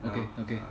okay okay